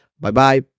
Bye-bye